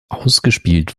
ausgespielt